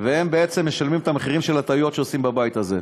והם בעצם משלמים את המחיר של הטעויות שעושים בבית הזה.